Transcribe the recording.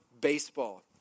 baseball